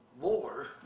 war